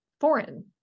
foreign